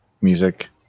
music